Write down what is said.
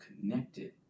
connected